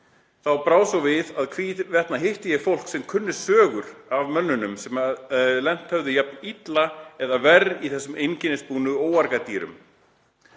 Þá brá svo við að hvarvetna hitti ég fólk sem kunni sögur af mönnum sem lent höfðu jafn illa eða ver í þessum einkennisbúnu óargadýrum.